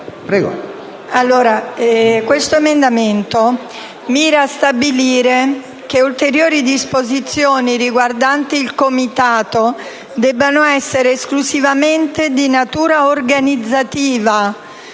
in esame mira a stabilire che ulteriori disposizioni riguardanti il Comitato debbano essere esclusivamente di natura organizzativa.